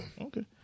Okay